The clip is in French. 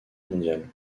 mondiale